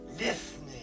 listening